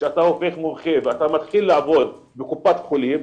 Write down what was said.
כשאתה הופך למומחה ואתה מתחיל לעבוד בקופת חולים,